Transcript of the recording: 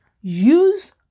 use